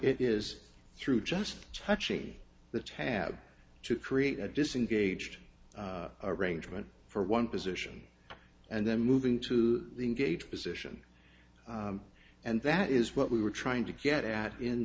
it is through just touching the tab to create a disengaged arrangement for one position and then moving to gauge position and that is what we were trying to get at in